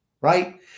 right